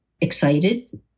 excited